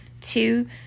two